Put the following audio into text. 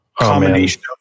combination